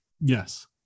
Yes